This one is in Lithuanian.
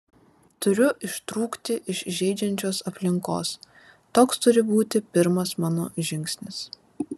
turiu ištrūkti iš žeidžiančios aplinkos toks turi būti pirmas mano žingsnis